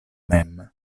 mem